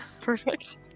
Perfect